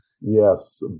Yes